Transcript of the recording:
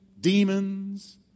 demons